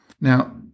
Now